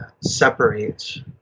separate